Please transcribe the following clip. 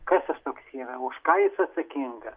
kas jis toks yra už ką jis atsakingas